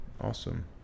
awesome